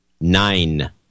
nine